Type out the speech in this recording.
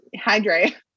Hydrate